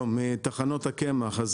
אני מטחנות הקמח שטיבל.